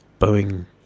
Boeing